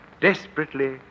desperately